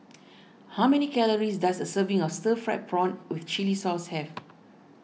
how many calories does a serving of Stir Fried Prawn with Chili Sauce have